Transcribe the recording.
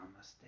namaste